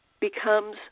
becomes